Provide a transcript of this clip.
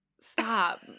stop